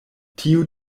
tiu